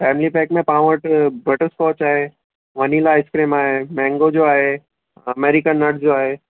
family pack में तव्हां वटि बटरस्कॉच आहे वैनिला आइस्क्रीम आहे मैंगो जो आहे अमेरिकन नट्स जो आहे